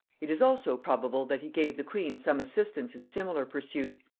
it is also probable that he gave the queen some assistance in similar pursuits,